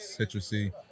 citrusy